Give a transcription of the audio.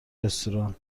رستوران